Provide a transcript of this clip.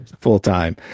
full-time